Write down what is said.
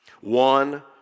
one